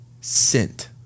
scent